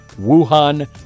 Wuhan